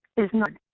is not